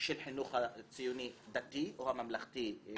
של החינוך הציוני-דתי או הממלכתי-דתי